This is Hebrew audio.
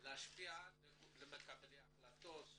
מקבלי ההחלטות,